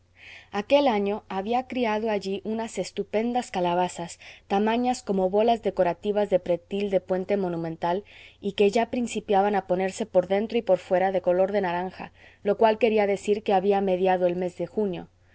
aquel año había criado allí unas estupendas calabazas tamañas como bolas decorativas de pretil de puente monumental y que ya principiaban a ponerse por dentro y por fuera de color de naranja lo cual quería decir que había mediado el mes de junio